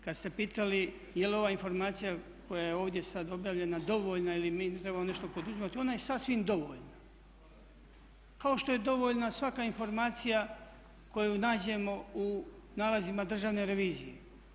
Kad ste pitali je li ova informacija koja je ovdje sad objavljena dovoljna ili mi trebamo nešto poduzimati ona je sasvim dovoljna, kao što je dovoljna svaka informacija koju nađemo u nalazima Državne revizije.